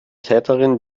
täterin